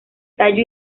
tallo